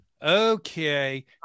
okay